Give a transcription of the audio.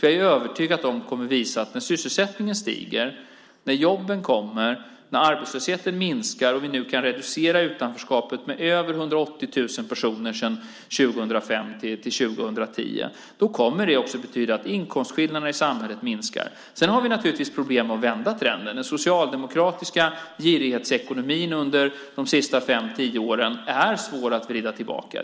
Jag är övertygad om att de kommer att visa att när sysselsättningen stiger, när jobben kommer, när arbetslösheten minskar och vi nu kan reducera utanförskapet med över 180 000 personer mellan 2005 och 2010 kommer det också att betyda att inkomstskillnaderna i samhället minskar. Sedan har vi naturligtvis problem att vända trenden. Den socialdemokratiska girighetsekonomin under de senaste fem-tio åren är svår att vrida tillbaka.